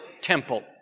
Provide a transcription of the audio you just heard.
temple